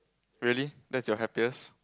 really that's your happiest